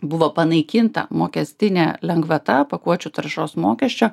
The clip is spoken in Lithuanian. buvo panaikinta mokestinė lengvata pakuočių taršos mokesčio